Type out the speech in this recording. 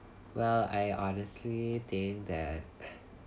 well I honestly think that